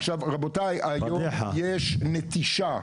עכשיו, רבותיי, היום יש נטישה.